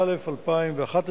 תודה רבה.